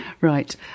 Right